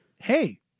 Hey